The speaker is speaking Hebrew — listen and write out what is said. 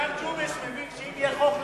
גם ג'ומס מבין שאם יהיה חוק,